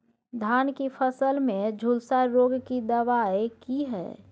धान की फसल में झुलसा रोग की दबाय की हय?